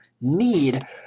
need